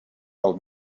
old